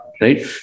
Right